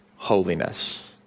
holiness